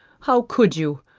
how could you,